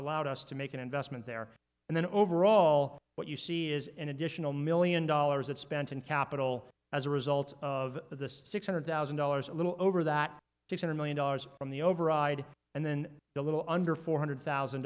allowed us to make an investment there and then overall what you see is an additional million dollars of spent in capital as a result of this six hundred thousand dollars a little over that five hundred million dollars on the override and then a little under four hundred thousand